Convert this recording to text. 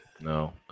no